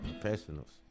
professionals